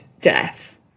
death